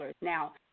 Now